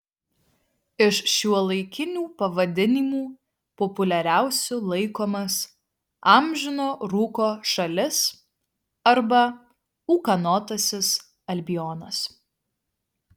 iš šiuolaikinių pavadinimų populiariausiu laikomas amžino rūko šalis arba ūkanotasis albionas